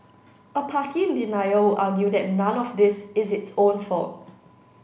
a party in denial would argue that none of this is its own fault